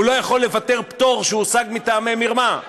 הוא לא יכול לבטל פטור שהושג מטעמי מרמה,